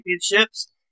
championships